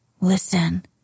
Listen